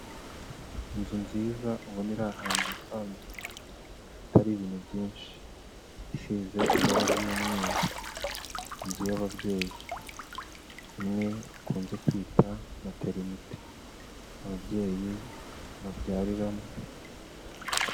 Inzu nziza ubona iri ahantu hisanzuye hatari ibintu byinshi. Isize ibara ry'umweru. Ni inzu y'ababyeyi imwe bakunze kwita materinete ababyeyi babyariramo.